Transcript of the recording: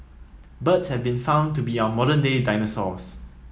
birds have been found to be our modern day dinosaurs